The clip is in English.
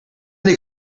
they